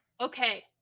Okay